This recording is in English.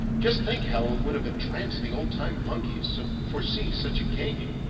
just think how it would have entranced the old-time monkeys to foresee such a game!